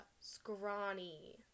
scrawny